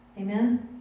Amen